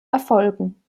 erfolgen